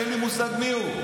אין לי מושג מי הוא.